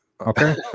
Okay